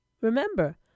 Remember